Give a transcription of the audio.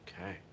Okay